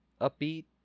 Upbeat